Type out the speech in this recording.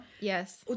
yes